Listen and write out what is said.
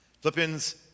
Philippians